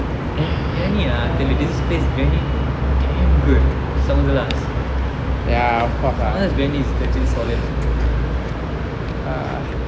biryani ah there's this place biryani damn good sagunthalas sagunthalas biryani is legit solid